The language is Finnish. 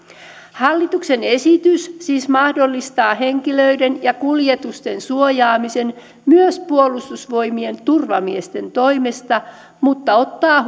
hallituksen esitys siis mahdollistaa henkilöiden ja kuljetusten suojaamisen myös puolustusvoimien turvamiesten toimesta mutta ottaa